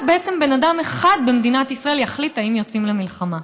אז בעצם בן אדם אחד במדינת ישראל יחליט אם יוצאים למלחמה.